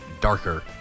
darker